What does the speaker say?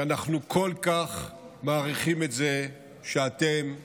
שאנחנו כל כך מעריכים את זה שאתם איתנו,